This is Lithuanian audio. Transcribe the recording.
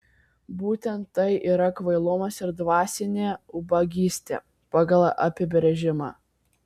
būtent tai yra kvailumas ir dvasinė ubagystė pagal apibrėžimą